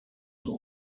who